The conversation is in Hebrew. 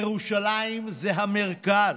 ירושלים זה המרכז,